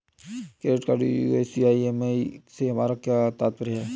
Credit card US EMI से हमारा क्या तात्पर्य है?